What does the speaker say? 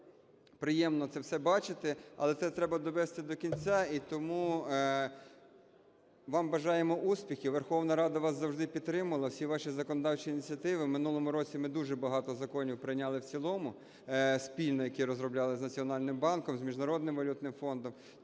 приємно це все бачити. Але це треба довести до кінця. І тому вам бажаємо успіхів. Верховна Рада вас завжди підтримала всі ваші законодавчі ініціативи. У минулому році ми дуже багато законів прийняли в цілому спільно, які розробляли з Національним банком, з Міжнародним валютним фондом.